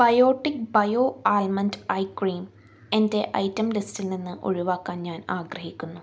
biotic bio almond eye cream എന്റെ item ലിസ്റ്റിൽ നിന്ന് ഒഴിവാക്കാൻ ഞാൻ ആഗ്രഹിക്കുന്നു